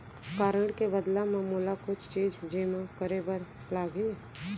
का ऋण के बदला म मोला कुछ चीज जेमा करे बर लागही?